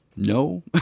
No